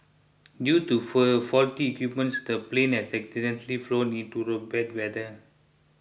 due to full faulty equipments the plane had accidentally flown into the bad weather